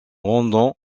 rendant